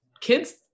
kids